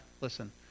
Listen